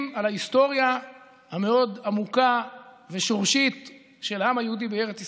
על ההיסטוריה המאוד-עמוקה ושורשית של העם היהודי בארץ ישראל.